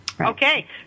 Okay